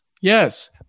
Yes